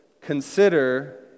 Consider